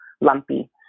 lumpy